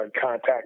Contact